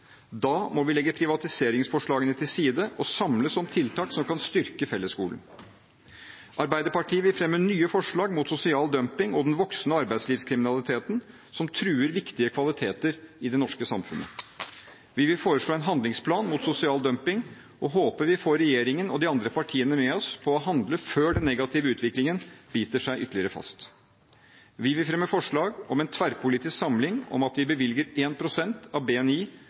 Da må vi legge privatiseringsforslagene til side og samles om tiltak som kan styrke fellesskolen. Arbeiderpartiet vil fremme nye forslag mot sosial dumping og den voksende arbeidslivskriminaliteten som truer viktige kvaliteter i det norske samfunnet. Vi vil foreslå en handlingsplan mot sosial dumping og håper vi får regjeringen og de andre partiene med oss på å handle før den negative utviklingen biter seg ytterligere fast. Vi vil fremme forslag om en tverrpolitisk samling om at vi bevilger 1 pst. av BNI